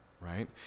right